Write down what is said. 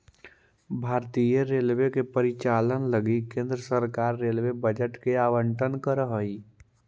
भारतीय रेलवे के परिचालन लगी केंद्र सरकार रेलवे बजट के आवंटन करऽ हई